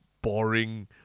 Boring